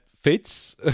fits